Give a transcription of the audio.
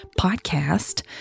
podcast